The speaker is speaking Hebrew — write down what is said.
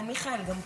מיכאל גם פה.